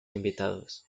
invitados